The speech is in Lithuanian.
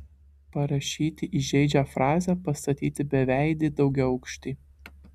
parašyti įžeidžią frazę pastatyti beveidį daugiaaukštį